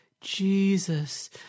Jesus